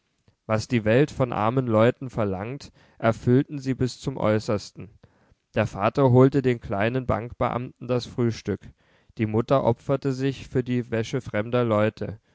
was die welt von armen leuten verlangt erfüllten sie bis zum äußersten der vater holte den kleinen bankbeamten das frühstück die mutter opferte sich für die wäsche fremder leute